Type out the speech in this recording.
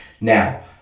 Now